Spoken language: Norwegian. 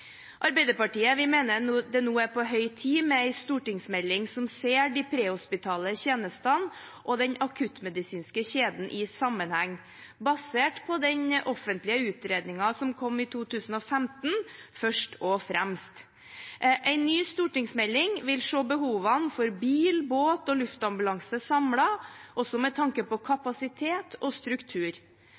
Arbeiderpartiet mener det nå er på høy tid med en stortingsmelding som ser de prehospitale tjenestene og den akuttmedisinske kjeden i sammenheng, basert først og fremst på den offentlige utredningen som kom i 2015. En ny stortingsmelding vil se behovene for bil-, båt- og luftambulanse samlet, også med tanke på kapasitet og struktur.